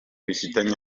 bifitanye